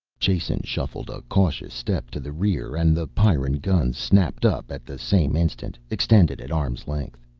jason shuffled a cautious step to the rear and the pyrran guns snapped up at the same instant, extended at arm's length.